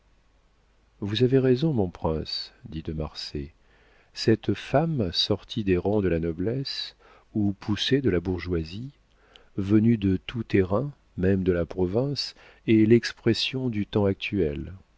vous avez raison mon prince dit de marsay cette femme sortie des rangs de la noblesse ou poussée de la bourgeoisie venue de tout terrain même de la province est l'expression du temps actuel